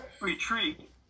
retreat